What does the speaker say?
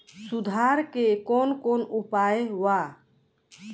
सुधार के कौन कौन उपाय वा?